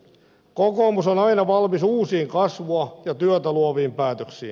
kokoomus on aina valmis uusiin kasvua ja työtä luoviin päätöksiin